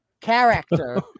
character